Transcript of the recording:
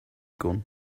gun